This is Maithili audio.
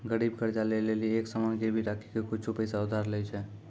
गरीब कर्जा ले लेली एक सामान गिरबी राखी के कुछु पैसा उधार लै छै